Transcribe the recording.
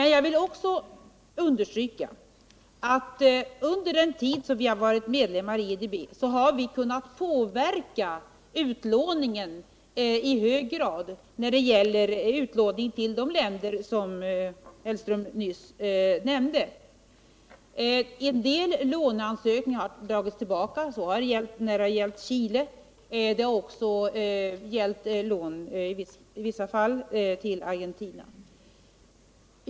Jag vill dock understryka att vi under den tid vi varit medlemmar i IDB i hög grad kunnat påverka utlåningen till de länder som herr Hellström nyss nämnde. En del låneansökningar har dragits tillbaka. Så har skett när det gällt Chile och i vissa fall även Argentina.